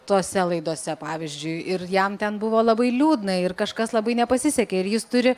tose laidose pavyzdžiui ir jam ten buvo labai liūdna ir kažkas labai nepasisekė ir jis turi